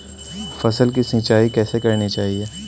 फसल की सिंचाई कैसे करनी चाहिए?